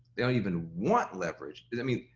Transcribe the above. they don't even want leverage, i mean,